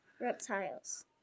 reptiles